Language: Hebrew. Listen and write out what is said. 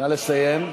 נא לסיים.